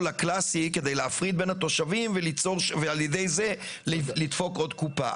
הקלאסי כדי להפריד בין התושבים ועל ידי זה לדפוק עוד קופה.